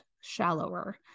shallower